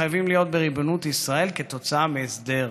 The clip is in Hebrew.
שחייבים להיות בריבונות ישראל כתוצאה מהסדר.